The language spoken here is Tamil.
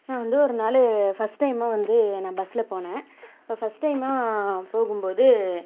நான் வந்து ஒரு நாள் ஃபர்ஸ்ட் டைமாக வந்து நான் பஸ்சில் போனேன் அப்போ ஃபர்ஸ்ட் டைமாக போகும்போது